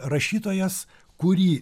rašytojas kurį